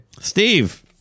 Steve